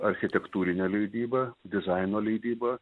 architektūrinė leidyba dizaino leidyba